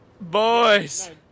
Boys